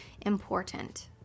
important